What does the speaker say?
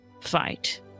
fight